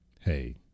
hey